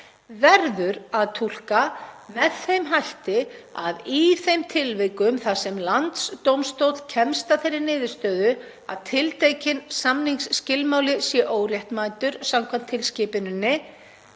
verður að túlka með þeim hætti að í þeim tilvikum þar sem landsdómstóll kemst að þeirri niðurstöðu að tiltekinn samningsskilmáli sé óréttmætur samkvæmt tilskipuninni